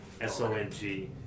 S-O-N-G